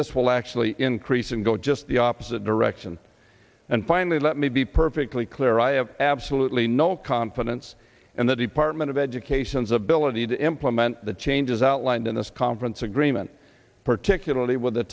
this will actually increase and go just the opposite direction and finally let me be perfectly clear i have absolutely no confidence in the department of education's ability to implement the changes outlined in this conference agreement particularly with the